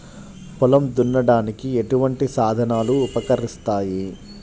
పొలం దున్నడానికి ఎటువంటి సాధనాలు ఉపకరిస్తాయి?